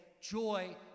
joy